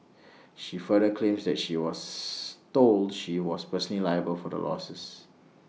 she further claims that she was told she was personally liable for the losses